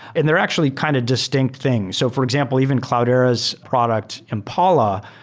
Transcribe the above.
and they're actually kind of distinct things. so for example, even cloudera's product, impala,